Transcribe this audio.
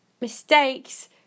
mistakes